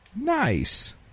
Nice